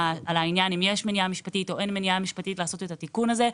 האם יש מניעה משפטית או אין לעשות את התיקון הזה.